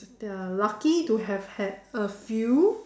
ya lucky to have had a few